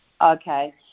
Okay